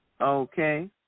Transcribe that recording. okay